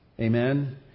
Amen